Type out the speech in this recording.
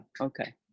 okay